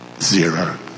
Zero